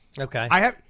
Okay